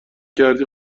کردی